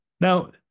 Now